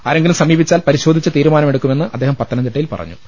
ആരെങ്കിലും സമീപി ച്ചാൽ പരിശോധിച്ച് തീരുമാനമെടുക്കുമെന്ന് അദ്ദേഹം പത്തനം തിട്ടയിൽ പറഞ്ഞു